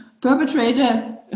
perpetrator